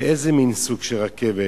ואיזה סוג של רכבת?